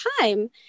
time